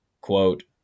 quote